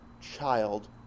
child